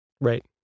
right